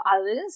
others